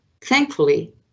Thankfully